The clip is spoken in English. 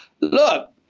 look